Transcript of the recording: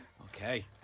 okay